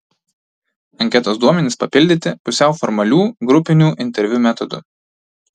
anketos duomenys papildyti pusiau formalių grupinių interviu metodu